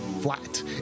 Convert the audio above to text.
flat